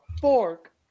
fork